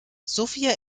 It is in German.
sofia